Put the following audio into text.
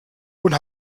und